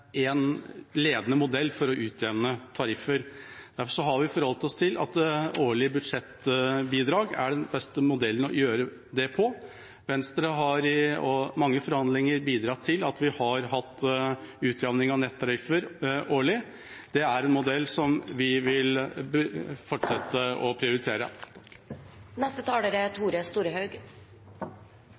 ledende modell for å utjevne tariffer. Derfor har vi forholdt oss til at årlige budsjettbidrag er den beste modellen. Venstre har i mange forhandlinger bidratt til at vi har hatt utjamning av nettariffer årlig. Det er en modell som vi vil fortsette å prioritere. Eg takkar og merkar meg at det er